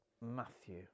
Matthew